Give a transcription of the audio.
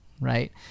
Right